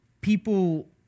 people